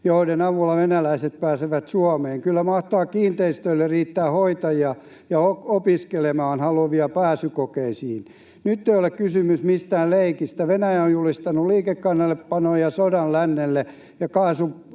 joiden avulla venäläiset pääsevät Suomeen — kyllä mahtaa kiinteistöille riittää hoitajia ja opiskelemaan haluavia pääsykokeisiin. Nyt ei ole kysymys mistään leikistä: Venäjä on julistanut liikekannallepanon ja sodan lännelle ja kaasuputkia